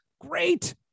Great